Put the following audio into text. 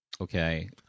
Okay